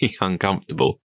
uncomfortable